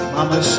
Mama